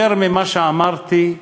יותר ממה שאמרתי,